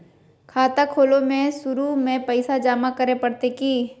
खाता खोले में शुरू में पैसो जमा करे पड़तई की?